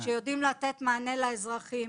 שיודעים לתת מענה לאזרחים